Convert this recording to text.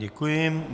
Děkuji.